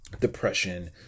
depression